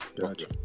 Gotcha